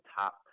top